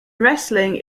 wrestling